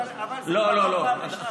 אבל זה דפוס, לא לא לא.